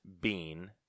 Bean